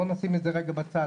בואו נשים את זה רגע בצד,